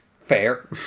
Fair